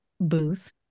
booth